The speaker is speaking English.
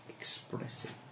expressive